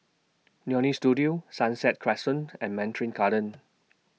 Leonie Studio Sunset Crescent and Mandarin Gardens